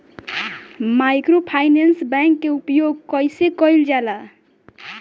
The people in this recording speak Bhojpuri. माइक्रोफाइनेंस बैंक के उपयोग कइसे कइल जाला?